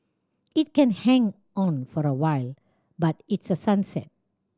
it can hang on for a while but it's a sunset